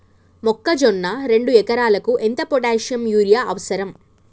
మొక్కజొన్న రెండు ఎకరాలకు ఎంత పొటాషియం యూరియా అవసరం?